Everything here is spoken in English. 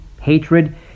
hatred